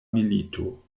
milito